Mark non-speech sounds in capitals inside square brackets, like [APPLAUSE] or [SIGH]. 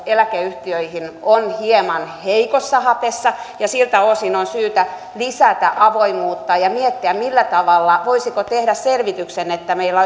eläkeyhtiöihin on hieman heikossa hapessa ja siltä osin on syytä lisätä avoimuutta ja miettiä voisiko tehdä selvityksen että meillä [UNINTELLIGIBLE]